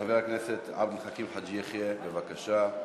חבר הכנסת עבד אל חכים חאג' יחיא, בבקשה.